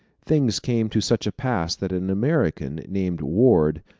things came to such a pass that an american, named ward,